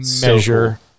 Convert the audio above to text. measure